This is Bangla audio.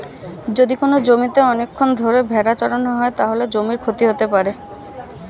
যদি কোনো জমিতে অনেকক্ষণ ধরে ভেড়া চড়ানো হয়, তাহলে জমির ক্ষতি হতে পারে